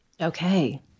Okay